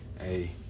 hey